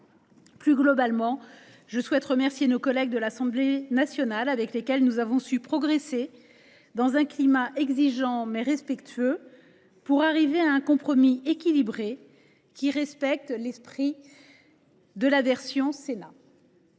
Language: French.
Plus globalement, je souhaite remercier nos collègues de l’Assemblée nationale, avec lesquels nous avons su avancer dans un climat exigeant, mais respectueux, en vue d’aboutir à un compromis équilibré qui respecte l’esprit de la version adoptée